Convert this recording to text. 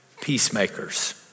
Peacemakers